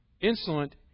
Insolent